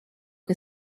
che